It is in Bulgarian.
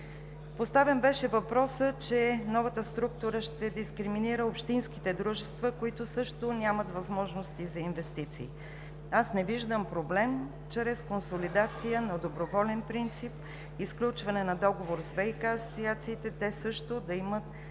Поставен беше въпросът, че новата структура ще дискриминира общинските дружества, които също нямат възможности за инвестиции. Аз не виждам проблем чрез консолидация на доброволен принцип и сключване на договор с ВиК асоциациите те също да имат достъп